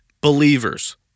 believers